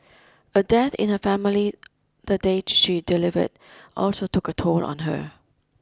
a death in her family the day she delivered also took a toll on her